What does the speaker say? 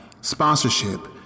sponsorship